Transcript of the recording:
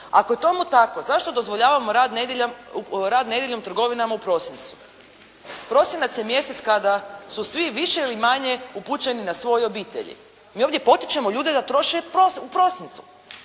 Ako je tomu tako zašto dozvoljavate rad nedjeljom trgovinama u prosincu. Prosinac je mjesec kada su svi više ili manje upućeni na svoje obitelji. Mi ovdje potičemo ljude da troše u prosincu,